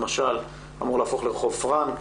שאמור להפוך לרחוב פרנק,